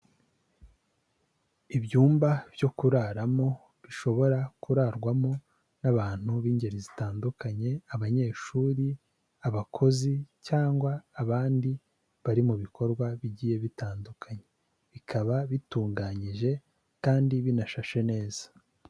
Ibyumba byo kuraramo bishobora kurarwamo n'abantu b'ingeri zitandukanye, abanyeshuri, abakozi cyangwa abandi bari mu bikorwa bigiye bitandukanye, bikaba bitunganyije kandi binashashe neza.